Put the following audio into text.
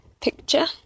picture